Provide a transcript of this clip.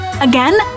Again